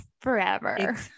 forever